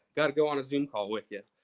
gotta go on a zoom call with ya.